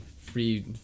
free